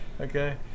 Okay